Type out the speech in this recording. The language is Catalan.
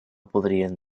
podrien